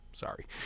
sorry